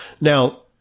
Now